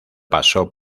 pasó